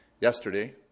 yesterday